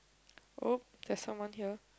oh there's someone here